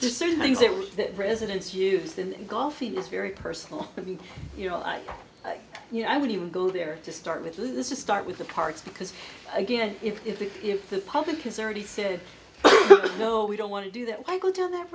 there's certain things that the president's used in golfing is very personal and you know like you know i would even go there to start with this is start with the parts because again if if if if the public has already said no we don't want to do that i go down that